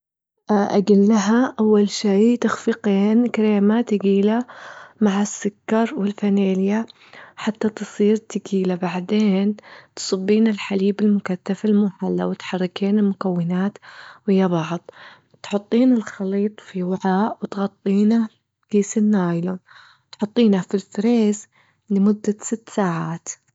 أجلها أول شي تخفقين كريمة تجيلة مع السكر والفانيليا حتى تصير تجيلة، بعدين تصبين الحليب المكتف المحلى وتحركين المكونات ويا بعض، تحطين الخليط في وعاء وتغطينه بكيس النايلون، تحطينه في الفريز لمدة ست ساعات.